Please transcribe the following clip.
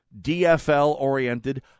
DFL-oriented